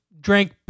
drank